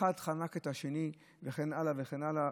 אחד חנק את השני וכן הלאה וכן הלאה,